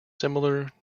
similar